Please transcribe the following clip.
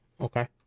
Okay